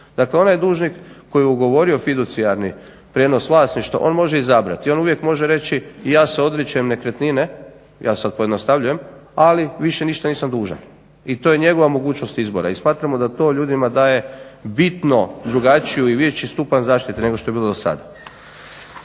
Dakle, onaj dužnik koji je ugovorio fiducijarni prijenos vlasništva on može izabrati. On uvijek može reći i ja se odričem nekretnine, ja sad pojednostavljujem ali više ništa nisam dužan. I to je njegova mogućnost izbora. I smatramo da to ljudima daje bitno drugačiju i veći stupanj zaštite nego što je bilo do sad.